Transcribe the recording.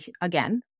again